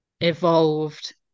evolved